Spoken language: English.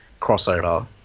crossover